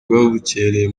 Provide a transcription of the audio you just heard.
babukereye